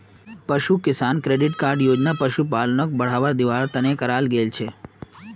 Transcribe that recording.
पशु किसान credit card योजना पशुपालनक बढ़ावा दिवार तने कराल गेल छे